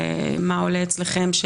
מה עולה אצלכם?